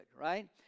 right